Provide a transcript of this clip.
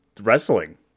wrestling